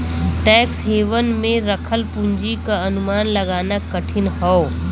tax haven में रखल पूंजी क अनुमान लगाना कठिन हौ